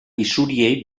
isuriei